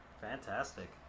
fantastic